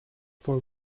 for